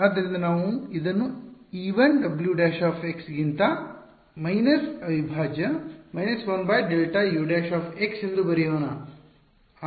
ಆದ್ದರಿಂದ ನಾವು ಇದನ್ನು e1 W′ ಗಿಂತ ಮೈನಸ್ ಅವಿಭಾಜ್ಯ − 1Δ U ′ ಎಂದು ಬರೆಯೋಣ